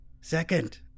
Second